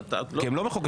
כי הן לא מחוקקות.